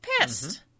pissed